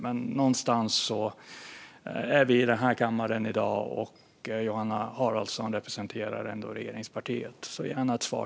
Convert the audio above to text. Men vi befinner oss i den här kammaren i dag, och Johanna Haraldsson representerar ändå regeringspartiet. Jag vill gärna ha ett svar.